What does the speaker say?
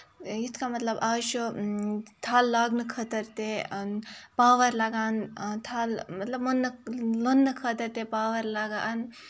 یِتھ کنۍ مطلب آز چھُ تھل لاگنہٕ خٲطرٕ تہِ پاور لگان تھل مطلب مُننہٕ لوننہٕ خٲطرٕ تہِ پاور لگان